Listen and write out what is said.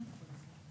לא נדרשת.